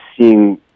seeing